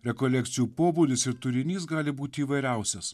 rekolekcijų pobūdis ir turinys gali būt įvairiausias